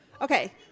okay